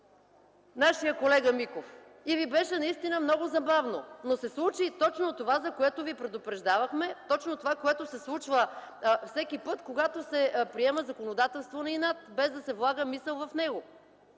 нашия колега Миков и ви беше много забавно. Случи се обаче точно това, за което ви предупреждавахме, точно това, което се случва всеки път, когато се приема законодателство на инат, без да се влага мисъл в него.